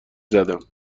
زدم